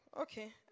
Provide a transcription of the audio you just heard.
Okay